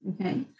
Okay